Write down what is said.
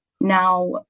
Now